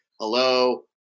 hello